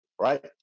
right